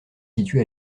situé